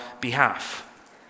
behalf